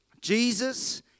Jesus